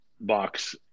box